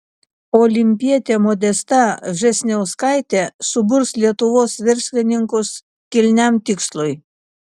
olimpietė modesta vžesniauskaitė suburs lietuvos verslininkus kilniam tikslui